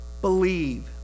believe